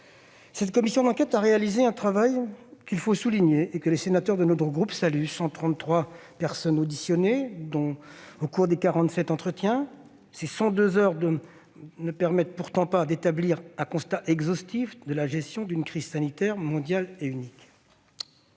Cette commission d'enquête a réalisé un travail qu'il faut souligner et que les sénateurs de notre groupe saluent : 133 personnes ont été auditionnées au cours de quarante-sept entretiens. Ces cent deux heures de travail ne permettent pourtant pas d'établir un constat exhaustif de la gestion d'une crise sanitaire mondiale aussi unique.